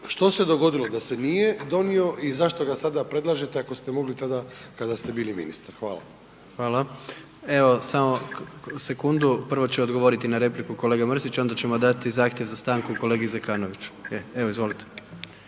što se dogodilo da se nije donio i zašto ga sada predlažete ako ste mogli tada kada ste bili ministar? Hvala. **Jandroković, Gordan (HDZ)** Hvala. Evo, samo sekundu prvo će odgovoriti na repliku kolega Mrsić onda ćemo dati zahtjev za stanku kolegi Zekanoviću. Evo, izvolite.